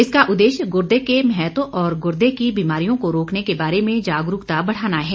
इसका उद्देश्य गुर्दे के महत्व और गुर्दे की बीमारियों को रोकने के बारे में जागरूकता बढ़ाना है